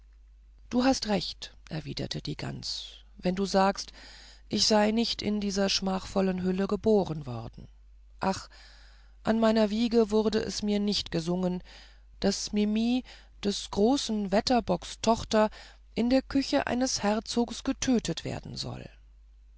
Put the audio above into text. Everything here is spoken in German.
du hast recht erwiderte die gans wenn du sagst ich sei nicht in dieser schmachvollen hülle geboren worden ach an meiner wiege wurde es mir nicht gesungen daß mimi des großen wetterbocks tochter in der küche eines herzogs getötet werden soll